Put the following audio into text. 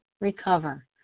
recover